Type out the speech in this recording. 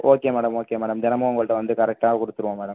okay madam okay madam தினமும் உங்கள்ட்ட வந்து கரெக்டாக கொடுத்துருவோம் மேடம்